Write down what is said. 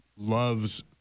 Loves